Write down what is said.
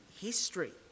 history